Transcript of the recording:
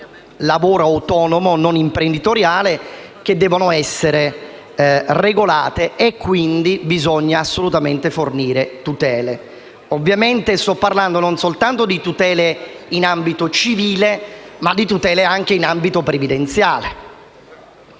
lavoro autonomo non imprenditoriale che devono essere regolate. Bisogna dunque assolutamente fornire tutele. Ovviamente, sto parlando non soltanto di tutele in ambito civile, ma di tutele anche in ambito previdenziale.